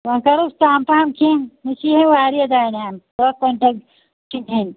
وۄنۍ کَرُس کم پہَم کیٚنٛہہ مےٚ چھِ ہیٚنۍ واریاہ دانہِ ہن دَہ کۄینٛٹل چھِ ہیٚنۍ